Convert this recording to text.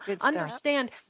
understand